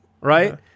right